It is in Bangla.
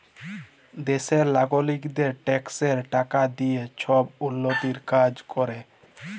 দ্যাশের লগারিকদের ট্যাক্সের টাকা দিঁয়ে ছব উল্ল্যতির কাজ ক্যরে